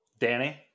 Danny